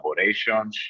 collaborations